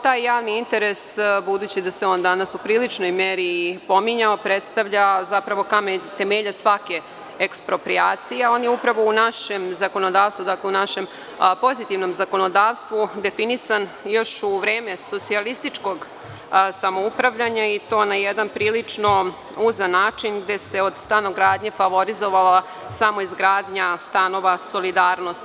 Taj javni interes, budući da se on danas u priličnoj meri pominjao, predstavlja kamen temeljac svake eksproprijacije i on je u našem pozitivnom zakonodavstvu definisan još u vreme socijalističkog samoupravljanja, i to na jedan prilično uzan način, gde se od stanogradnje favorizovala samo izgradnja stanova solidarnosti.